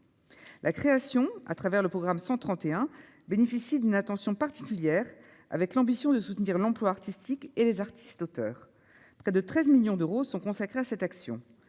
la création, à travers le programme 131 bénéficie d'une attention particulière avec l'ambition de soutenir l'emploi artistique et les artistes, auteurs, près de 13 millions d'euros sont consacrés à cette action,